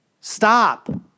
Stop